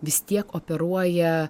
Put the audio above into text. vis tiek operuoja